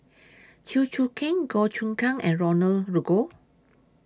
Chew Choo Keng Goh Choon Kang and Roland Goh